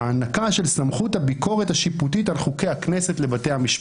הענקה של סמכות הביקורת השיפוטית על חוקי הכנסת לבתי המשפט".